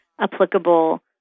applicable